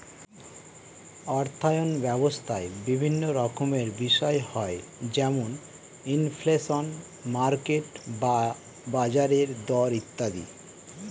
অর্থায়ন ব্যবস্থায় বিভিন্ন রকমের বিষয় হয় যেমন ইনফ্লেশন, মার্কেট বা বাজারের দর ইত্যাদি